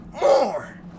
more